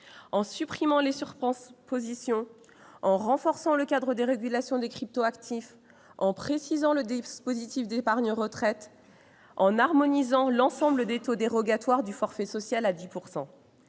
en supprimant diverses sur-transpositions, en renforçant le cadre de régulation des crypto-actifs, en précisant le dispositif d'épargne retraite ou en harmonisant l'ensemble des taux dérogatoires du forfait social à 10 %.